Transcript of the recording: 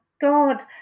god